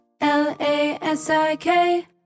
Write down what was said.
L-A-S-I-K